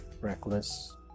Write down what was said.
Reckless